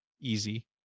Easy